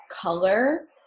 color